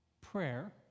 prayer